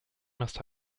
must